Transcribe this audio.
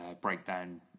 breakdown